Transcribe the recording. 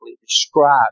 described